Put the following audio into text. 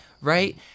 Right